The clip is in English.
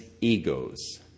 egos